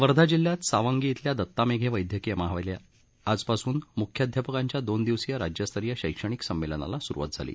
वर्धा जिल्ह्यात सावंगी इथल्या दत्ता मेघे वैदयकीय महाविदयालयात आजपासून म्ख्याध्यापकांच्या दोन दिवसीय राज्यस्तरीय शैक्षणिक संमेलनाला स्रुवात झाली